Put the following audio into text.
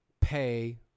pay